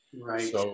Right